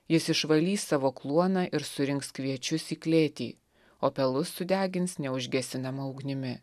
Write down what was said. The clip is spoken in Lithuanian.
jis išvalys savo kluoną ir surinks kviečius į klėtį o pelus sudegins neužgesinama ugnimi